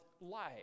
life